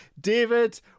David